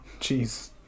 Jeez